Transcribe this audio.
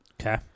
Okay